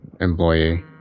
employee